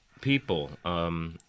people –